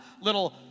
little